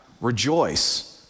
rejoice